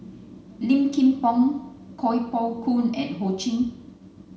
Lin Kim Pong Kuo Pao Kun and Ho Ching